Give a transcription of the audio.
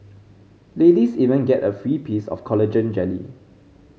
ladies even get a free piece of collagen jelly